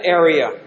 area